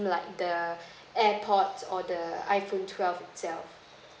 like the air pod or the iphone twelve itself